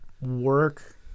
Work